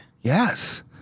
Yes